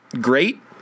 great